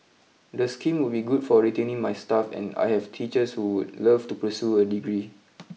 the scheme would be good for retaining my staff and I have teachers who would love to pursue a degree